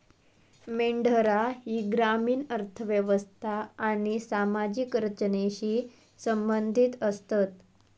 मेंढरा ही ग्रामीण अर्थ व्यवस्था आणि सामाजिक रचनेशी संबंधित आसतत